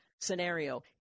scenario